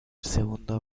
segundo